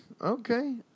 Okay